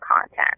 content